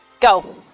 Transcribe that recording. go